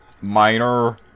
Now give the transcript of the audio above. minor